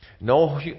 No